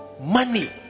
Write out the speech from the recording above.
Money